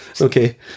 Okay